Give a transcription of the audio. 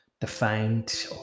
defined